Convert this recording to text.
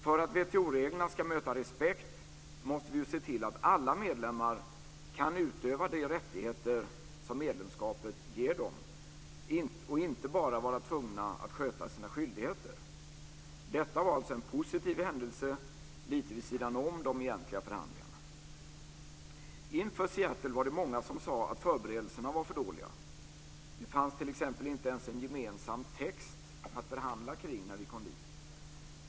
För att WTO-reglerna ska möta respekt måste vi se till att alla medlemmar kan utöva de rättigheter som medlemskapet ger dem och inte bara vara tvungna att sköta sina skyldigheter. Detta var en positiv händelse lite vid sidan av de egentliga förhandlingarna. Inför Seattlemötet var det många som sade att förberedelserna var för dåliga. Det fanns t.ex. inte ens en gemensam text att förhandla kring när vi kom dit.